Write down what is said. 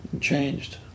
changed